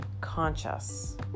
conscious